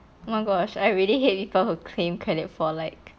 oh my gosh I really hate people who claim credit for like